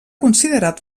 considerat